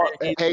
hey